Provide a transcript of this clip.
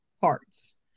parts